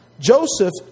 Joseph